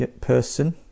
person